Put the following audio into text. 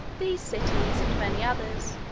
these cities and many others,